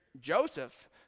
Joseph